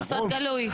סוד גלוי.